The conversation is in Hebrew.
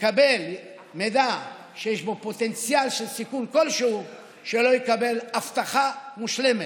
נקבל מידע שיש בו פוטנציאל של סיכון כלשהו שלא יקבל אבטחה מושלמת.